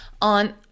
on